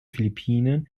philippinen